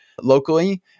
locally